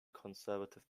conservative